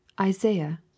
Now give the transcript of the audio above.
Isaiah